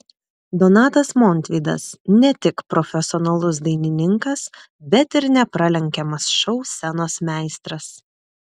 donatas montvydas ne tik profesionalus dainininkas bet ir nepralenkiamas šou scenos meistras